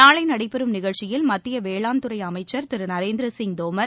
நாளை நடைபெறும் நிகழ்ச்சியில் மத்திய வேளாண்துறை அமைச்சர் திரு நரேந்திர சிங் தோமர்